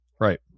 Right